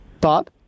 Bob